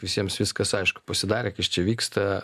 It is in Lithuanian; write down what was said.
visiems viskas aišku pasidarė kas čia vyksta